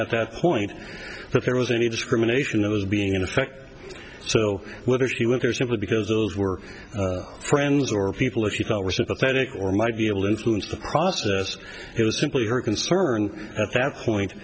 at that point that there was any discrimination that was being in effect so whether she went there simply because those were friends or people that you thought were sympathetic or might be able to influence the process it was simply her concern at that point